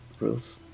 rules